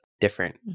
Different